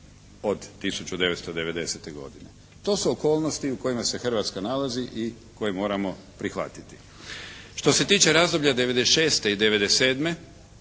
od 1990. godine. To su okolnosti u kojima se Hrvatska nalazi i koje moramo prihvatiti. Što se tiče razdoblja 96. i 97.